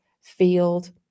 field